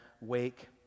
wake